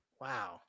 Wow